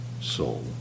soul